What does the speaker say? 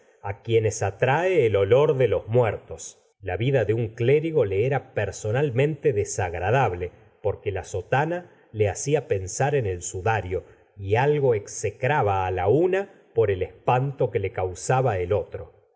la señora de bovary olor de los muertos la vista de un clérigo le era personalmente desagradable porque la sotana le hacía pensar en el sudario y algo execraba á la una por el espanto que le causaba el otro